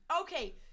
Okay